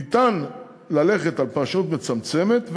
ניתן ללכת על פרשנות מצמצמת,